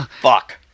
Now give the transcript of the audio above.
fuck